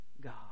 God